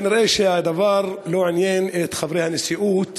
כנראה הדבר לא עניין את חברי הנשיאות